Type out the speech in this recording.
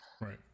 right